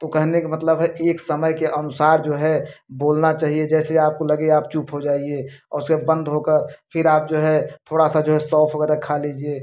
तो कहने का मतलब है कि एक समय के अनुसार जो है बोलना चाहिए जैसे आपको लगे आप चुप हो जाइए औ सब बंद होकर फिर आप जो है थोड़ा सा जो है सौफ़ वगैरह खा लीजिए